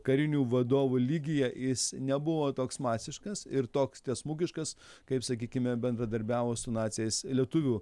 karinių vadovų lygyje jis nebuvo toks masiškas ir toks tiesmugiškas kaip sakykime bendradarbiavo su naciais lietuvių